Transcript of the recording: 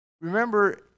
remember